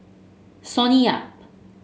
Sonny Yap